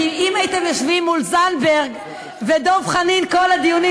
כי אם הייתם יושבים מול זנדברג ודב חנין כל הדיונים,